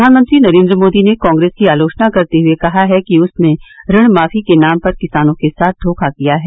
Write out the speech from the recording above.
प्रधानमंत्री नरेन्द्र मोदी ने कांग्रेस की आलोचना करते हुए कहा है कि उसने ऋण माफी के नाम पर किसानों के साथ धोखा किया है